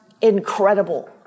incredible